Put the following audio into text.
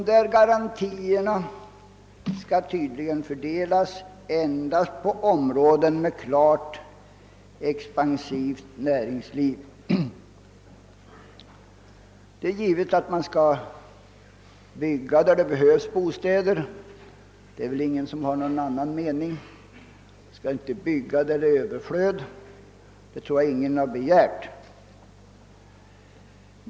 Dessa garantier skall tydligen fördelas på områden med klart expansivt näringsliv. Det är givet att man skall bygga där det behövs bostäder — det är väl ingen som har någon annan mening. Man skall inte bygga där det finns överflöd av bostäder — det tror jag ingen har begärt.